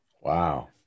Wow